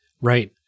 Right